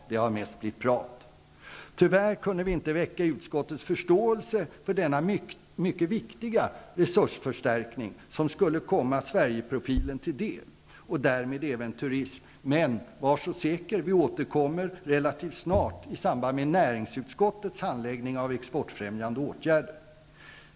Det har mest blivit prat. Tyvärr kunde vi inte väcka utskottets förståelse för denna mycket viktiga resursförstärkning, som skulle komma Sverigeprofilen till del och därmed även turismen. Men, var så säker, vi återkommer relativt snart i samband med näringsutskottets handläggning av exportfrämjande åtgärder.